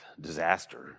disaster